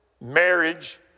marriage